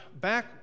back